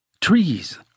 Trees